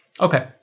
okay